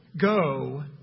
Go